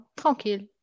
tranquille